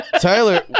Tyler